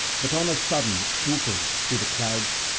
but on a sudden, swooping through the clouds,